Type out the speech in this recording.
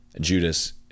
judas